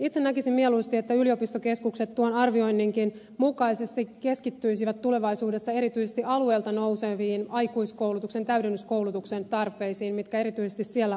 itse näkisin mieluusti että yliopistokeskukset tuon arvioinninkin mukaisesi keskittyisivät tulevaisuudessa erityisesti niihin aikuiskoulutuksen täydennyskoulutuksen tarpeisiin joita sillä alueella on